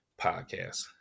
Podcast